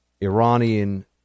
Iranian